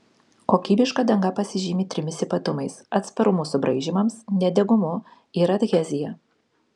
kokybiška danga pasižymi trimis ypatumais atsparumu subraižymams nedegumu ir adhezija